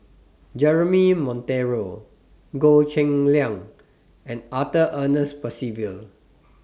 Jeremy Monteiro Goh Cheng Liang and Arthur Ernest Percival